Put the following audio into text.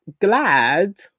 glad